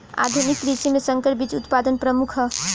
आधुनिक कृषि में संकर बीज उत्पादन प्रमुख ह